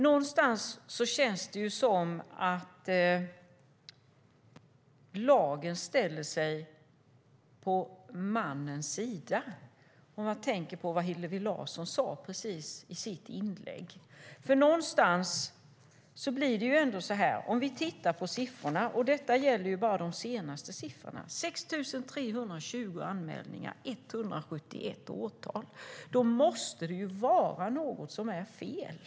Någonstans känns det som att lagen ställer sig på mannens sida. Jag tänker på vad Hillevi Larsson precis sade i sitt inlägg. Vi kan titta på siffrorna - och detta är bara de senaste siffrorna. Det är 6 320 anmälningar och 171 åtal. Då måste det vara något som är fel.